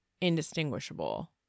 indistinguishable